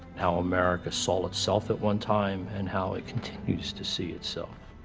how america saw itself at one time, and how it continues to see itself.